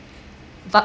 but